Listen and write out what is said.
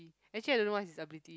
actually I don't know what is ability